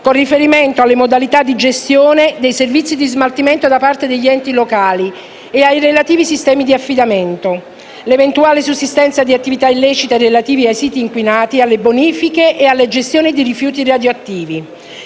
con riferimento alle modalità di gestione dei servizi di smaltimento da parte degli enti locali e ai relativi sistemi di affidamento; l'eventuale sussistenza di attività illecite relative ai siti inquinati, alle bonifiche e alla gestione di rifiuti radioattivi;